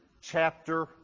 chapter